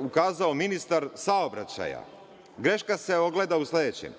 ukazao ministar saobraćaja, a greška se ogleda u sledećem.